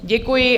Děkuji.